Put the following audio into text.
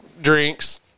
drinks